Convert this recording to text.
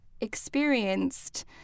experienced